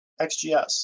XGS